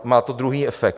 Má to druhý efekt.